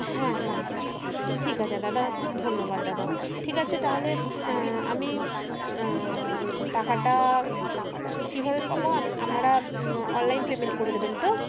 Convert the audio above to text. হ্যাঁ হ্যাঁ হ্যাঁ ঠিক আছে দাদা ধন্যবাদ দাদা ঠিক আছে তাহলে হ্যাঁ আমি টাকাটা কীভাবে পাবো আপনারা অনলাইন পেমেন্ট করে দেবেন তো